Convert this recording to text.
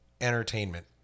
entertainment